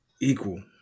equal